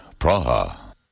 Praha